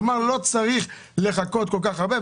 כלומר לא צריך לחכות כל כך הרבה.